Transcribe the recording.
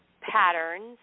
patterns